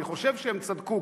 אני חושב שהם צדקו,